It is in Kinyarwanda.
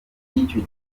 ry’icyo